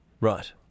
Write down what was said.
Right